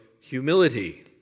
humility